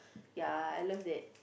ya I love it